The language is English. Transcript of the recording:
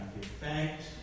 thanks